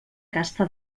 casta